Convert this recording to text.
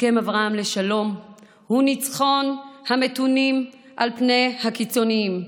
הסכם אברהם לשלום הוא ניצחון המתונים על פני הקיצונים,